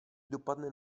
dopadne